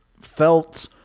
felt